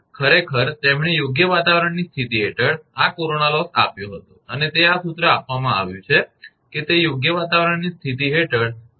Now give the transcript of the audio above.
Peek ખરેખર તેમણે યોગ્ય વાતાવરણની સ્થિતિ હેઠળ આ કોરોના લોસ આપ્યો હતો અને તે આ સૂત્ર આપવામાં આવ્યું છે કે તે યોગ્ય વાતાવરણની સ્થિતિ હેઠળ છે